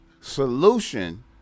solution